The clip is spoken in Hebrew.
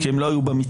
כי הן לא היו במתחם.